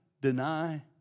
deny